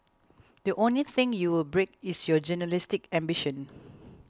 the only thing you will break is your journalistic ambition